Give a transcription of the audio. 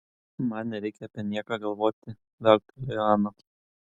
man nereikia apie nieką galvoti viauktelėjo ana